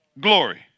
glory